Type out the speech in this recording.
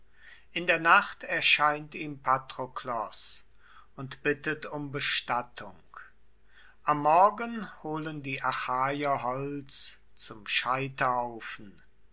in der nacht erscheint ihm patroklos und bittet um bestattung am morgen holen die achaier holz zum scheiterhaufen